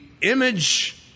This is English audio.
image